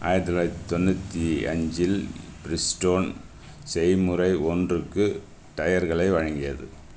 ஆயிரத்தி தொள்ளாயிரத்தி தொண்ணூற்றி அஞ்சில் பிரிஸ் ஸ்டோன் செயல்முறை ஒன்றுக்கு டயர்களை வழங்கியது